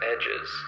edges